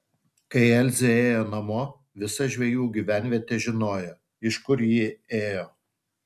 kai elzė ėjo namo visa žvejų gyvenvietė žinojo iš kur ji ėjo